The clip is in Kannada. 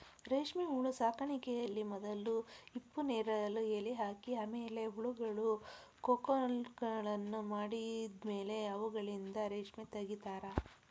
ರೇಷ್ಮೆಹುಳು ಸಾಕಾಣಿಕೆಯಲ್ಲಿ ಮೊದಲು ಹಿಪ್ಪುನೇರಲ ಎಲೆ ಹಾಕಿ ಆಮೇಲೆ ಹುಳಗಳು ಕೋಕುನ್ಗಳನ್ನ ಮಾಡಿದ್ಮೇಲೆ ಅವುಗಳಿಂದ ರೇಷ್ಮೆ ತಗಿತಾರ